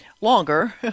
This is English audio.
longer